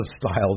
Style